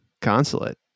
Consulate